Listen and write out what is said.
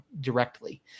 directly